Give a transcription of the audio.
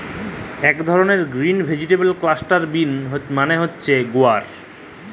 ইক ধরলের green vegetable cluster bean মালে হছে গুয়ার